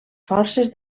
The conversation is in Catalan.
forces